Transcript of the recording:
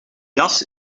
jas